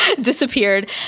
disappeared